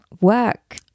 work